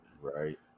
right